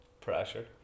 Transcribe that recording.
Pressure